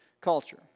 culture